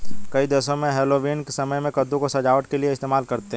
कई देशों में हैलोवीन के समय में कद्दू को सजावट के लिए इस्तेमाल करते हैं